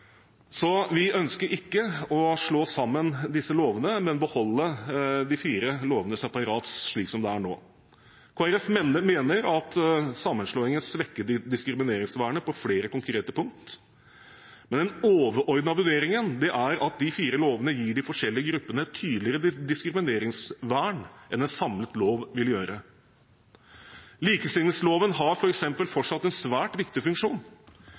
så vi ønsker ikke å slå sammen disse lovene, men beholde de fire lovene separat, slik det er nå. Kristelig Folkeparti mener at sammenslåingen svekker diskrimineringsvernet på flere konkrete punkter, men den overordnede vurderingen er at de fire lovene gir de forskjellige gruppene et tydeligere diskrimineringsvern enn en samlet lov vil gjøre. Likestillingsloven har f.eks. fortsatt en svært viktig funksjon.